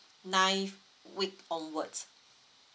ninth week onward